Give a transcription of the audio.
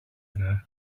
ago